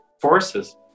forces